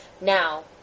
Now